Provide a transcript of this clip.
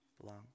belong